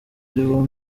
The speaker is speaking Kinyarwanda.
ariwo